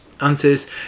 answers